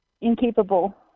incapable